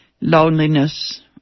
loneliness